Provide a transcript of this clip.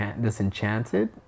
Disenchanted